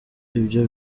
ibyo